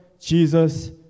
Jesus